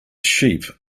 sheep